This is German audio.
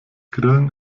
grillen